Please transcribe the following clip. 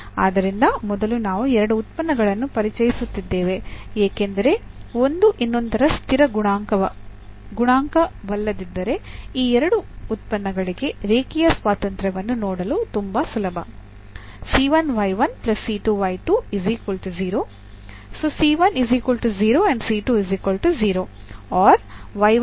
ಆದ್ದರಿಂದ ಮೊದಲು ನಾವು ಎರಡು ಉತ್ಪನ್ನಗಳನ್ನು ಪರಿಚಯಿಸುತ್ತಿದ್ದೇವೆ ಏಕೆಂದರೆ ಒಂದು ಇನ್ನೊಂದರ ಸ್ಥಿರ ಗುಣಕವಲ್ಲದಿದ್ದರೆ ಈ ಎರಡು ಉತ್ಪನ್ನಗಳಿಗೆ ರೇಖೀಯ ಸ್ವಾತಂತ್ರ್ಯವನ್ನು ನೋಡಲು ತುಂಬಾ ಸುಲಭ